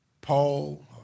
Paul